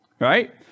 right